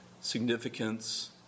Significance